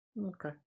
okay